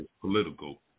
political